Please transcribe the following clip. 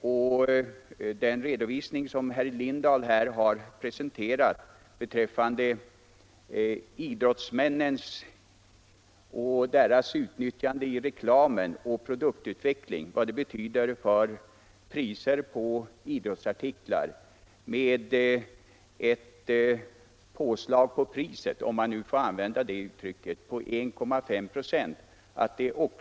Det var också välgörande att herr Lindahl i Lidingö i denna debatt presenterade en redovisning av hur idrottsmännen utnyttjas i reklam och för produktutveckling och hur detta påverkar priserna på idrottsartiklar så att man ibland får påslag på priserna — om jag får använda det uttrycket — med 1,5 96.